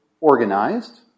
organized